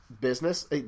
business